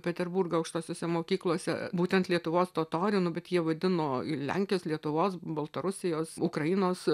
peterburgo aukštosiose mokyklose būtent lietuvos totorių nu bet jie vadino ir lenkijos lietuvos baltarusijos ukrainos